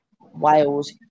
Wales